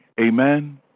Amen